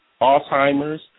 Alzheimer's